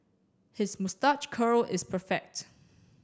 his moustache curl is perfect